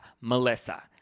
Melissa